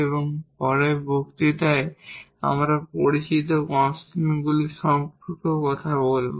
এবং পরে কিছু বক্তৃতায় আমরা এই পরিচিত কনস্ট্যান্টগুলি সম্পর্কেও কথা বলব